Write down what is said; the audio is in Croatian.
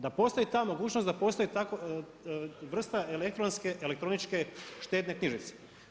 Da postoji ta mogućnost da postoji takva vrsta elektroničke štedne knjižice.